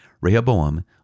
Rehoboam